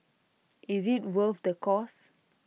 is IT worth the cost